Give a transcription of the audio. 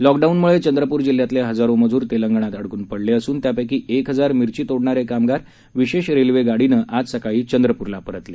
लॉकडाऊनम्ळे चंद्रपूर जिल्ह्यातले हजारो मजूर तेलंगणात अडकून पडले असून त्यापैकी एक हजार मिर्ची तोडणारे कामगार विशेष रेल्वेगाडीनं आज सकाळी चंद्रपूरला परतले